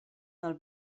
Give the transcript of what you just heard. del